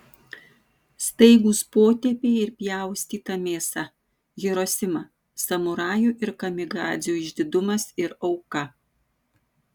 staigūs potėpiai ir pjaustyta mėsa hirosima samurajų ir kamikadzių išdidumas ir auka